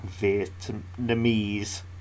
Vietnamese